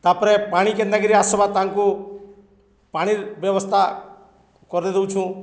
ତାପରେ ପାଣି କେନ୍ତାକିରି ଆସ୍ବା ତାଙ୍କୁ ପାଣି ବ୍ୟବସ୍ଥା କରି ଦଉଛୁଁ